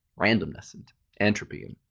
randomness, and entropy, um